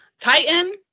Titan